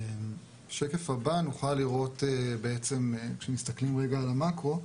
בשקף הבא נוכל לראות, כשמסתכלים רגע על המקרו,